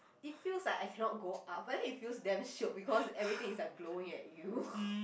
it feels like I cannot go up but then it feels damn shiok because everything is like blowing at you